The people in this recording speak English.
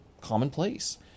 commonplace